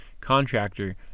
contractor